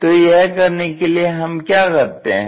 तो यह करने के लिए हम क्या करते हैं